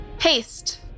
haste